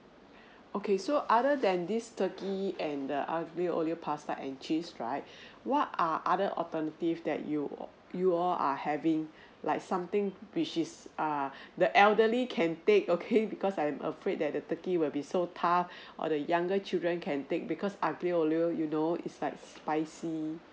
okay so other than this turkey and the aglio olio pasta and cheese right what are other alternative that you you all are having like something which is err the elderly can take okay because I'm afraid that the turkey will be so tough or the younger children can take because aglio olio you know is like spicy